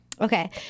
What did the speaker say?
Okay